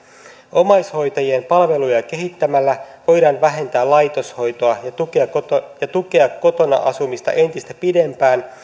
omaishoitajien palveluja kehittämällä voidaan vähentää laitoshoitoa ja tukea kotona asumista entistä pidempään